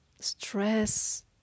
stress